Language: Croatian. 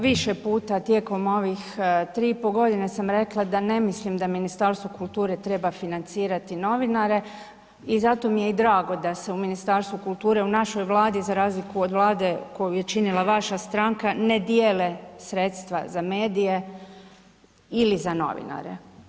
Više puta tijekom ovih 3 i po godine sam rekla da ne mislim da Ministarstvo kulture treba financirati novinare i zato mi je i drago da se u Ministarstvu kulture u našoj Vladi za razliku od Vlade koju je činila vaša stranka ne dijele sredstva za medije ili za novinare.